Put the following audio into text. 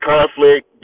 Conflict